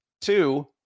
two